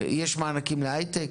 יש מענקים להייטק,